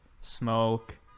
smoke